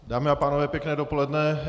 Dámy a pánové, pěkné dopoledne.